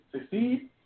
succeed